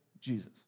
Jesus